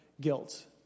guilt